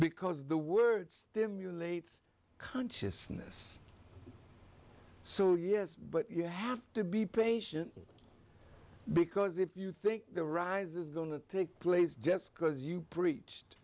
because the word stimulates consciousness so yes but you have to be patient because if you think the rise is going to take place just because you breached